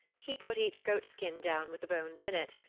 he put each goatskin down with the bones in it.